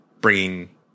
bringing